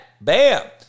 Bam